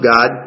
God